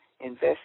invest